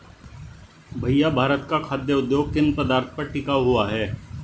भैया भारत का खाघ उद्योग किन पदार्थ पर टिका हुआ है?